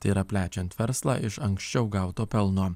tai yra plečiant verslą iš anksčiau gauto pelno